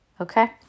Okay